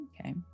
Okay